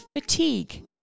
fatigue